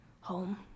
home